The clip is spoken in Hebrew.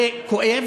זה כואב,